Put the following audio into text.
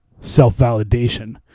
self-validation